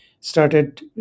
started